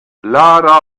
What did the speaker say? lara